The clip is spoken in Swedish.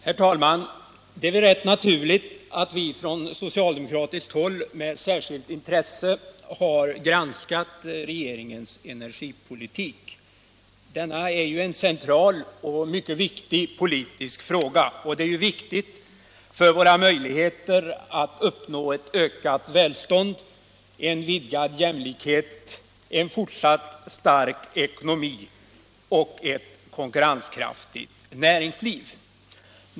Herr talman! Det är rätt naturligt att vi från socialdemokratiskt håll med särskilt intresse granskat regeringens energipolitik. Energipolitiken är en central och mycket viktig politisk fråga. Den är viktig för våra möjligheter att uppnå ett ökat välstånd, en vidgad jämlikhet, en fortsatt stark ekonomi och ett konkurrenskraftigt näringsliv.